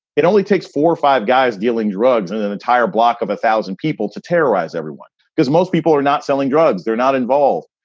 it only takes four or five guys dealing drugs and then entire block of a thousand people to terrorize everyone because most people are not selling drugs, they're not involved.